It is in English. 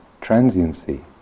transiency